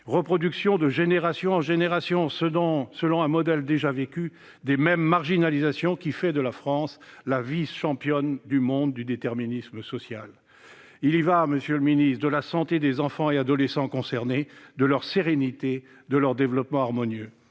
reproduction, de générations en générations, selon un modèle déjà vécu, des mêmes marginalisations, qui fait de la France la vice-championne du monde du déterminisme social. Il y va, monsieur le secrétaire d'État, de la santé des enfants et adolescents concernés, de leur sérénité et de leur développement harmonieux.